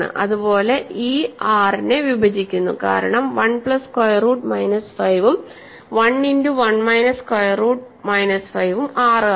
അതുപോലെ ഇ 6 നെ വിഭജിക്കുന്നു കാരണം 1 പ്ലസ് സ്ക്വയർ റൂട്ട് മൈനസ് 5 ഉം 1 into 1 minus square root minus 5 ഉം 6 ആണ്